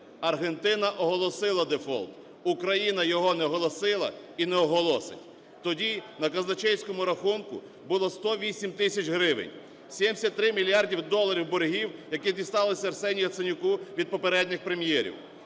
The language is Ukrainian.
"Аргентина оголосила дефолт, Україна його не оголосила і не оголосить". Тоді на казначейському рахунку було 108 тисяч гривень, 73 мільярди доларів боргів, які дісталися Арсенію Яценюку від попередніх прем'єрів.